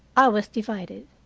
i was divided.